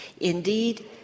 Indeed